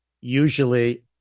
usually